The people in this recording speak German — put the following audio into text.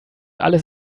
alles